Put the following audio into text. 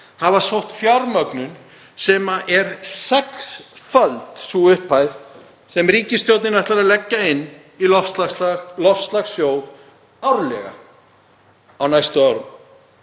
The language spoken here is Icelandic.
hafa sótt fjármögnun sem er sexföld sú upphæð sem ríkisstjórnin ætlar að leggja inn í loftslagssjóð árlega á næstu árum.